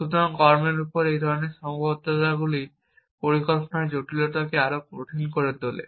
সুতরাং কর্মের উপর এই ধরনের সীমাবদ্ধতাগুলি পরিকল্পনার জটিলতাকে আরও কঠিন করে তোলে